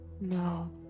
No